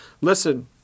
Listen